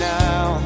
now